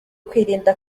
kwirinda